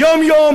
שעה-שעה?